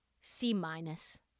C-minus